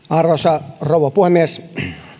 arvoisa rouva puhemies